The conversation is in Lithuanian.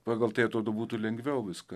pagal tai atrodo būtų lengviau viską